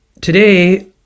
today